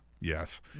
Yes